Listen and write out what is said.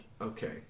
Okay